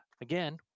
again